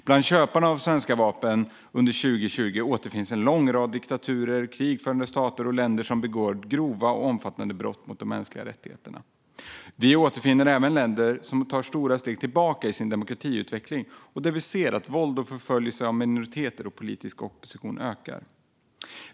Bland köparna av svenska vapen under 2020 återfinns en lång rad diktaturer, krigförande stater och länder som begår grova och omfattande brott mot de mänskliga rättigheterna. Vi återfinner även länder som tar stora steg tillbaka i sin demokratiutveckling och där vi ser att våld och förföljelse av minoriteter och politisk opposition ökar.